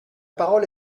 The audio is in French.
parole